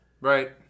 Right